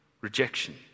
rejection